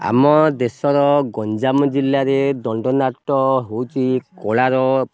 ଆମ ଦେଶର ଗଞ୍ଜାମ ଜିଲ୍ଲାରେ ଦଣ୍ଡନାଟ ହେଉଛି କଳାର